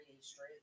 straight